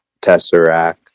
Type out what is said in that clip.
tesseract